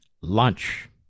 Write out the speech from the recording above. lunch